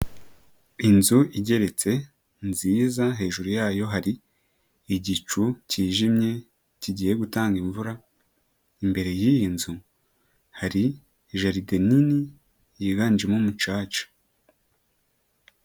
Inzu igeretse nziza hejuru yayo hari igicu cyijimye kigiye gutanga imvura, imbere y'iyi nzu hari jaride nini yiganjemo umucaca.